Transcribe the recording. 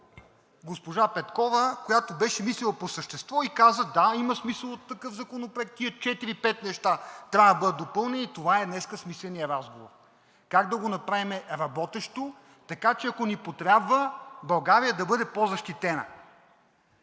госпожа Петкова, която беше мислила по същество, и каза: да, има смисъл от такъв законопроект, тези четири, пет неща трябва да бъдат допълнени – това е днес смисленият разговор. Как да го направим работещо, така че ако ни потрябва, България да бъде по-защитена.